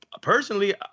personally